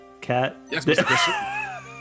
Cat